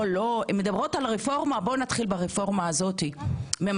אתן מדברות על רפורמה, בואו נתחיל ברפורמה הזאת.